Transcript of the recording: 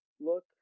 look